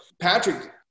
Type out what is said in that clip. Patrick